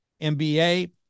MBA